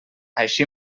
així